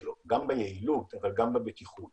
מכירים את וירוס ה-VSV כמו שהם מכירים את וירוס הקורונה.